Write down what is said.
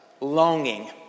longing